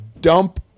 dump